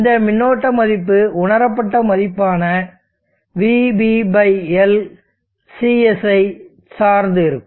இந்த மின்னோட்ட மதிப்பு உணரப்பட்ட மதிப்பான vBLCS ஐ சார்ந்து இருக்கும்